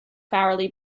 hourly